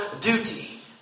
duty